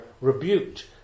rebuked